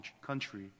country